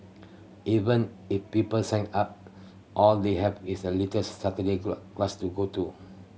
even if people sign up all they have is a little Saturday class to go to